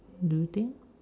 do you think